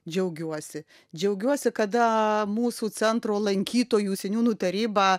džiaugiuosi džiaugiuosi kada mūsų centro lankytojų seniūnų taryba